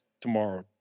tomorrow